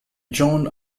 john